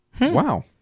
Wow